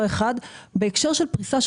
בהקשר של פריסה,